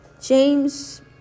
James